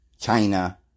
China